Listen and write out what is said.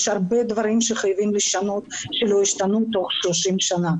יש הרבה דברים שחייבים לשנות והם לא השתנו 30 שנים.